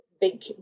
big